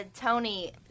Tony